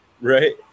Right